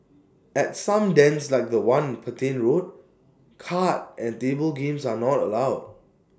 at some dens like The One in Petain road card and table games are not allowed